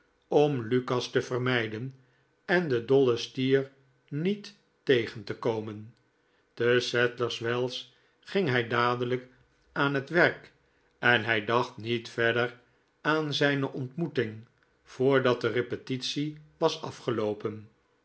om lukas te vermijden en den dollen stier niet tegen te komen te sadlers wells ging hij dadelijk aan het werk en hij dacht niet verder aan zijne ontmoeting voordat de repetitie was afgeloopen